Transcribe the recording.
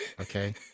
Okay